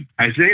Isaiah